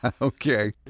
Okay